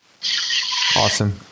Awesome